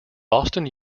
boston